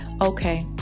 okay